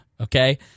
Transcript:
Okay